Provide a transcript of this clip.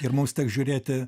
ir mums teks žiūrėti